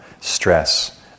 stress